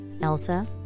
Elsa